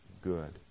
good